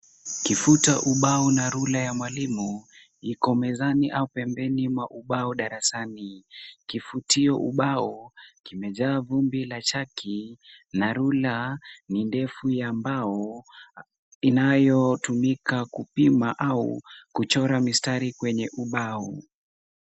Kifuta ubao na rula ya mwalimu iko mezani au pembeni mwa ubao darasani. Kifutio ubao kimejaa vumbi la chaki, na rula ni ndefu ya mbao inayotumika kupima au kuchora mistari kwenye ubao.